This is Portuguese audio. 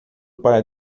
para